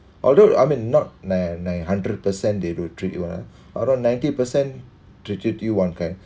although I mean not nine nine hundred percent they will treat you ah around ninety percent treated you [one] kind